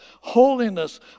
holiness